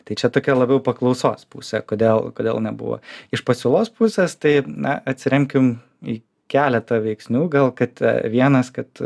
tai čia tokia labiau paklausos pusė kodėl kodėl nebuvo iš pasiūlos pusės tai na atsiremkim į keletą veiksnių gal kad vienas kad